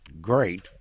great